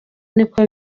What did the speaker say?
niko